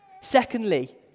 Secondly